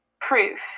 proof